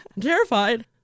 terrified